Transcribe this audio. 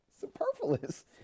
Superfluous